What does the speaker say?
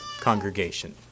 congregation